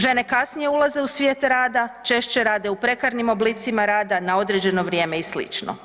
Žene kasnije ulaze u svijet rada, češće rade u prekarnim oblicima rada na određeno vrijeme i slično.